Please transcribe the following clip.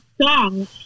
song